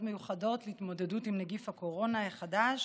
מיוחדות להתמודדות עם נגיף הקורונה החדש